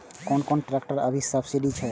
कोन कोन ट्रेक्टर अभी सब्सीडी छै?